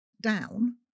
down